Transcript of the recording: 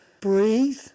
breathe